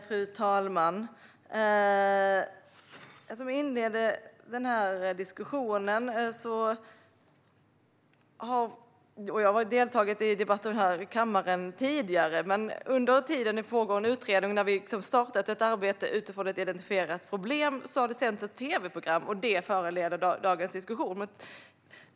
Fru talman! Jag har deltagit i debatter här i kammaren tidigare. Under tiden som utredningen pågår och vi har startat ett arbete utifrån ett identifierat problem har ett tv-program sänts, och det är detta som föranleder dagens diskussion.